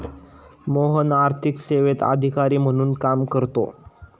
मोहन आर्थिक सेवेत अधिकारी म्हणून काम करतो